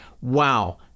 wow